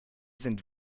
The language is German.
sind